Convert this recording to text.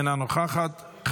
אינה נוכחת,